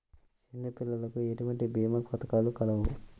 చిన్నపిల్లలకు ఎటువంటి భీమా పథకాలు కలవు?